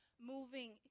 moving